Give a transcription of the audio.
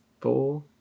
Four